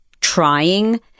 trying